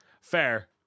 Fair